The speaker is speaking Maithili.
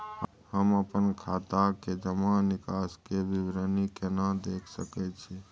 हम अपन खाता के जमा निकास के विवरणी केना देख सकै छी?